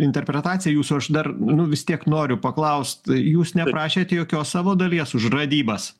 interpretaciją jūsų aš dar nu vis tiek noriu paklaust jūs neprašėt jokios savo dalies už radybas